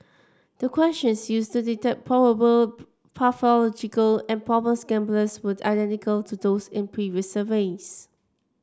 the questions used to detect probable pathological and problem gamblers were identical to those in previous surveys